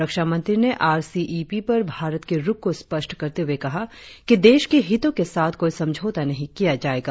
रक्षामंत्री ने R C E P पर भारत के रुख को स्पष्ट करते हुए कहा कि देश के हितों के साथ कोई समझौता नहीं किया जाएगा